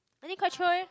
I think quite chio leh